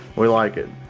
we like it.